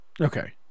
Okay